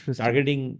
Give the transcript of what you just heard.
targeting